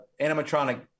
animatronic